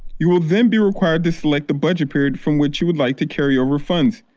you will then be required to select a budget period from which you would like to carryover funds.